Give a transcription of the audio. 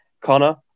Connor